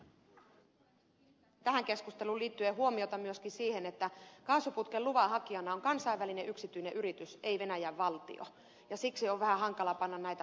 kiinnittäisin tähän keskusteluun liittyen huomiota myöskin siihen että kaasuputken luvan hakijana on kansainvälinen yksityinen yritys ei venäjän valtio ja siksi on vähän hankala panna näitä